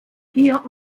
hier